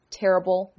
terrible